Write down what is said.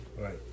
Right